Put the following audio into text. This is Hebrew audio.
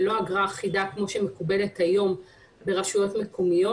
ולא אגרה אחידה כמו שמקובלת היום ברשויות מקומיות.